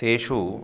तेषु